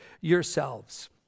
yourselves